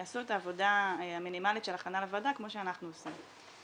יעשו את העבודה המינימלית של הכנה לוועדה כמו שאנחנו עושים.